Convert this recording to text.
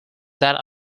that